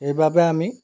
এইবাবে আমি